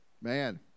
Man